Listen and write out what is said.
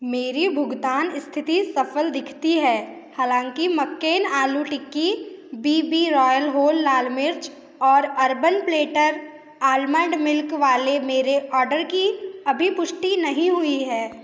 मेरी भुगतान स्थिति सफल दिखती है हालाँकि McCain aloo tikki B B royal whole lal mirch और अर्बन प्लेटर आलमंड मिल्क वाले मेरे आर्डर की अभी पुष्टि नहीं हुई है